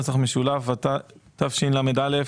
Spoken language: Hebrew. נוסח משולב, התשל"א-1971,